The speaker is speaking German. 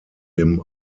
dem